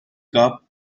cup